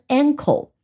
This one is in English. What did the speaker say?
ankle